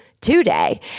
Today